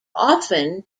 often